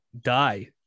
die